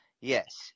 Yes